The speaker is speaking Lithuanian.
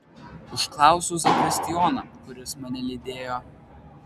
užklausiau zakristijoną kuris mane lydėjo